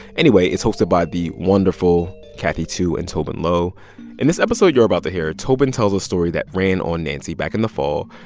anyway, it's hosted by the wonderful kathy tu and tobin low in this episode you're about to hear, tobin tells a story that ran on nancy back in the fall.